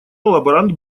лаборант